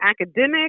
academic